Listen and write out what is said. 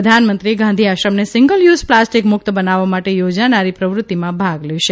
પ્રધાનમંત્રી ગાંધીઆશ્રમને single use plastic મુક્ત બનાવવા માટે યોજાનારી પ્રવૃત્તિમાં ભાગ લેશે